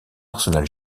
arsenal